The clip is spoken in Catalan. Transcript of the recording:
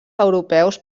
europeus